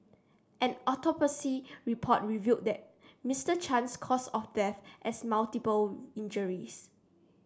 did I make her feel weird